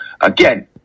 Again